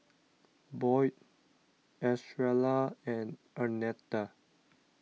Boyd Estrella and Arnetta